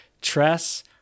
Tress